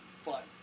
fun